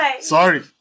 Sorry